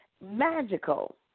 Magical